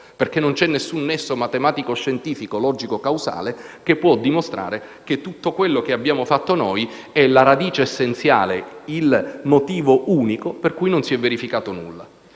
perché non c'è alcun nesso matematico, scientifico, logico e causale che possa dimostrare che tutto quello che abbiamo fatto è la radice essenziale e il motivo unico per cui non si è verificato nulla.